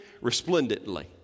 resplendently